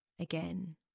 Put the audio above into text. again